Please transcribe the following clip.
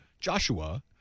Joshua